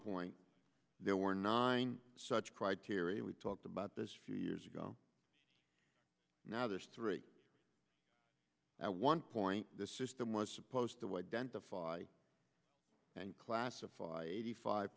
point there were nine such criteria we talked about this few years ago now there's three at one point the system was supposed to wait and classify eighty five